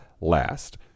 last